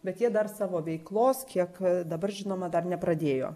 bet jie dar savo veiklos kiek dabar žinoma dar nepradėjo